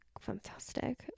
Fantastic